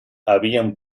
habían